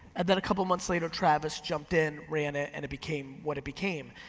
and then a couple months later travis jumped in, ran it, and it became what it became.